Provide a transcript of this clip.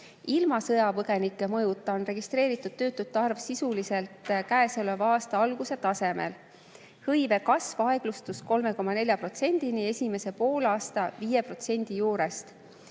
Ilma sõjapõgenike mõjuta on registreeritud töötute arv sisuliselt käesoleva aasta alguse tasemel. Hõive kasv aeglustus 3,4%‑ni esimese poolaasta 5% juurest,